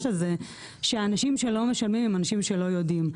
הזה שאנשים שלא משלמים הם אנשים שלא יודעים.